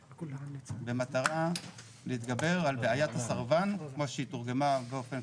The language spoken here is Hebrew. במטרה להתגבר על בעיית הסרבן כמו שתורגמה באופן